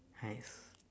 !hais!